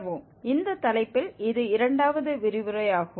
இந்த தலைப்பில் இது இரண்டாவது விரிவுரையாகும்